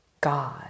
God